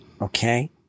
Okay